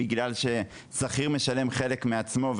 בגלל ששכיר משלם חלק מעצמו,